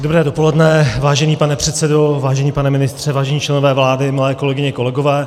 Dobré dopoledne, vážený pane předsedo, vážený pane ministře, vážení členové vlády, milé kolegyně, kolegové.